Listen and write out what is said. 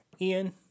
Ian